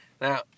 Now